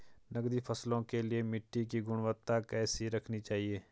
नकदी फसलों के लिए मिट्टी की गुणवत्ता कैसी रखनी चाहिए?